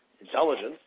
intelligence